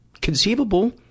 conceivable